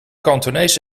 kantonees